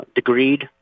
degreed